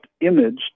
image